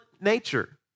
nature